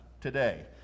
today